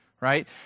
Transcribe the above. right